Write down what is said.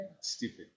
Stupid